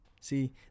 See